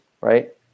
right